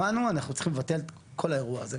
שמענו, אנחנו צריכים לבטל את כל האירוע הזה.